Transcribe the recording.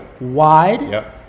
wide